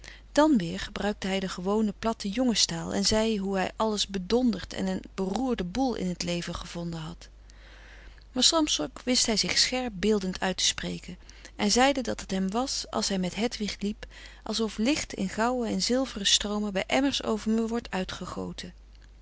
dan weer gebruikte hij de gewone platte jongens taal en zei hoe hij alles bedonderd en een beroerde boel in t leven gevonden had maar soms ook wist hij zich scherp beeldend uit te spreken en zeide dat het hem was als hij met hedwig liep alsof licht in goue en zilvere stroomen bij emmers over me wordt uitgegoten